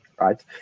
right